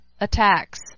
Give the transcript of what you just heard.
attacks